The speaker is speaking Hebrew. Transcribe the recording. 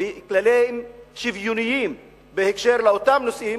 בכללים שוויוניים בהקשר של אותם נושאים,